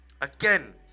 again